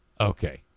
Okay